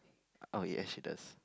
oh yes she does